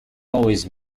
always